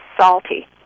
salty